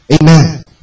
Amen